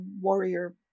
warrior